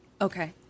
Okay